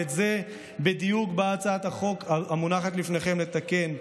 ואת זה בדיוק באה הצעת החוק המונחת בפניכם לתקן.